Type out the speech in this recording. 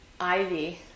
Ivy